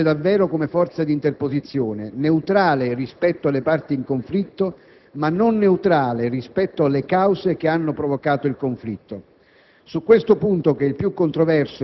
In questo senso la missione UNIFIL funge davvero come forza di interposizione, neutrale rispetto alle parti in conflitto ma non neutrale rispetto alle cause che hanno provocato il conflitto.